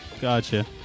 gotcha